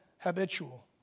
habitual